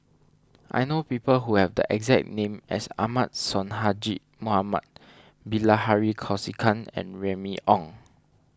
I know people who have the exact name as Ahmad Sonhadji Mohamad Bilahari Kausikan and Remy Ong